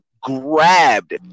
grabbed